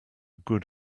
good